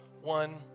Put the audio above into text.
one